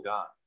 God